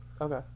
Okay